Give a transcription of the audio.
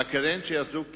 בקדנציה הזו קידמנו,